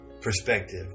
perspective